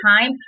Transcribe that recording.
time